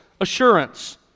assurance